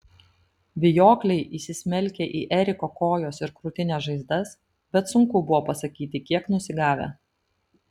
vijokliai įsismelkę į eriko kojos ir krūtinės žaizdas bet sunku buvo pasakyti kiek nusigavę